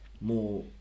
more